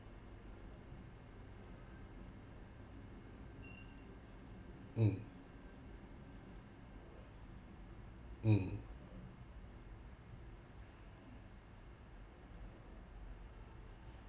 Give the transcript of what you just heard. mm mm